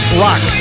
rock